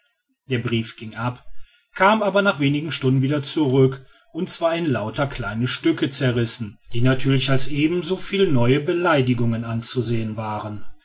der brief ging ab kam aber nach wenigen stunden wieder zurück und zwar in lauter kleine stücke zerrissen die natürlich als eben so viel neue beleidigungen anzusehen waren